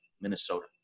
Minnesota